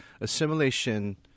assimilation